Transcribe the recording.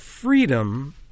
Freedom